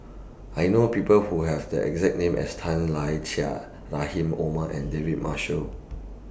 I know People Who Have The exact name as Tan Lai Chye Rahim Omar and David Marshall